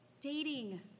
dating